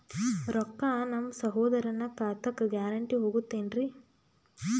ರೊಕ್ಕ ನಮ್ಮಸಹೋದರನ ಖಾತಕ್ಕ ಗ್ಯಾರಂಟಿ ಹೊಗುತೇನ್ರಿ?